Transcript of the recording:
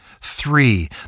Three